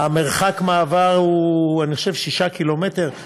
מרחק המעבר אני חושב הוא 6 קילומטר,